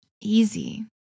easy